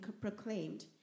proclaimed